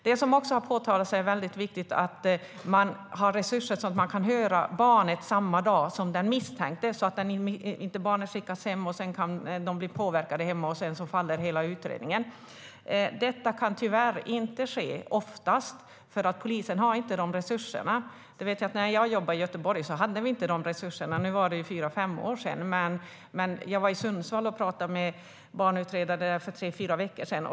Det som också har tagits upp är vikten av att ha resurser så att man kan höra barnet samma dag som den misstänkte. Barn ska inte skickas hem och bli påverkade hemma så att hela utredningen sedan faller. Detta kan tyvärr oftast inte ske, för polisen har inte de resurserna. När jag jobbade i Göteborg hade vi inte de resurserna. Nu var det fyra fem år sedan, men jag var i Sundsvall och pratade med barnutredare för tre fyra veckor sedan.